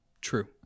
True